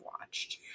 watched